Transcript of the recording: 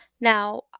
Now